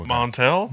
Montel